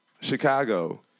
Chicago